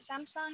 Samsung